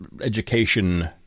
education